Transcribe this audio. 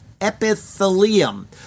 epithelium